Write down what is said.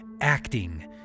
acting